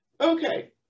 Okay